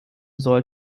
soll